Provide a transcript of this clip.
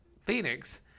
Phoenix